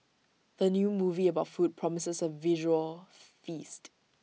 the new movie about food promises A visual feast